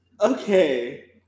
Okay